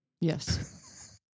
Yes